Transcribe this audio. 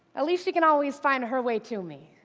at least she can always find her way to me.